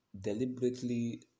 deliberately